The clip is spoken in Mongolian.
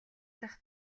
дахь